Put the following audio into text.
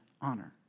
honor